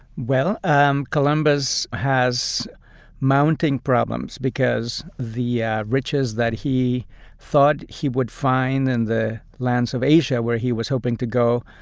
well, um columbus has mounting problems because the yeah riches that he thought he would find in the lands of asia, where he was hoping to go,